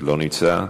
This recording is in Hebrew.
לא נמצא,